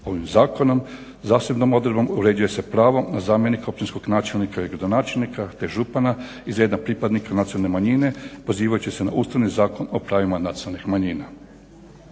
Ovim zakonom zasebnom odredbom uređuje se pravo na zamjenika općinskog načelnika i gradonačelnika te župana iz jedne pripadnika nacionalne manjine pozivajući se na Ustavni zakon o pravima nacionalnih manjina.